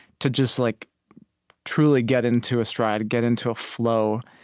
to just like truly get into a stride, get into a flow.